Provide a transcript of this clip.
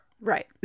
right